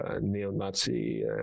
neo-Nazi